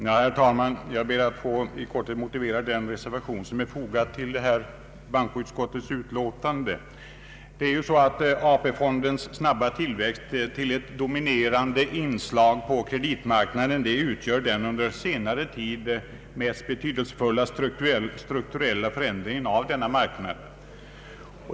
Herr talman! Jag ber att i korthet få motivera den reservation som är fogad till detta bankoutskottets utlåtande. AP-fondens snabba tillväxt till ett dominerande inslag på kreditmarknaden utgör den under senare tid mest betydelsefulla strukturella förändringen av denna marknad.